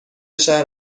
شهر